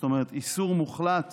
זאת אומרת איסור מוחלט